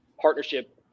partnership